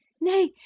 nay,